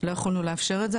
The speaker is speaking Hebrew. לא יכולנו לאפשר את זה,